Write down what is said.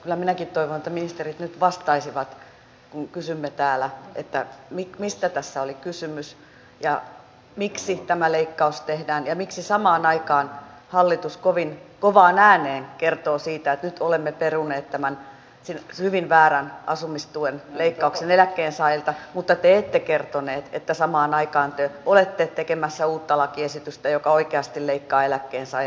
kyllä minäkin toivon että ministerit nyt vastaisivat kun kysymme täällä mistä tässä oli kysymys ja miksi tämä leikkaus tehdään ja miksi samaan aikaan hallitus kovin kovaan ääneen kertoo siitä että nyt se on perunut tämän hyvin väärän asumistuen leikkauksen eläkkeensaajilta mutta te ette kertoneet että samaan aikaan te olette tekemässä uutta lakiesitystä joka oikeasti leikkaa eläkkeensaajien asumistukea